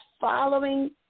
following